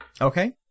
Okay